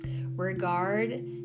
Regard